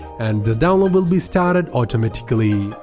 and the download will be started automatically.